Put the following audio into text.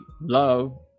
love